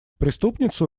преступницу